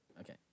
Okay